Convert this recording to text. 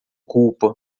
culpa